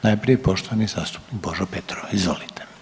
Najprije poštovani zastupnik Božo Petrov, izvolite.